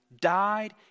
died